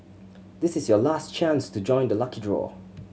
this is your last chance to join the lucky draw